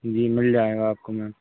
जी मिल जाएगा आपको मैम